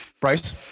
Bryce